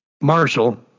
Marshall